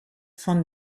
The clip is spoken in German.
von